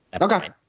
Okay